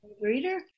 Reader